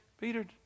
Peter